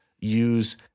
use